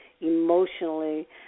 Emotionally